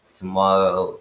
tomorrow